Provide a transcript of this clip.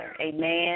Amen